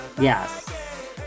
yes